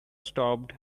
stopped